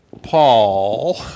Paul